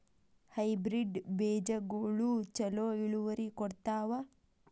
Hybrid ಬೇಜಗೊಳು ಛಲೋ ಇಳುವರಿ ಕೊಡ್ತಾವ?